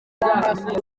w’amaraso